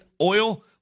oil